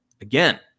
again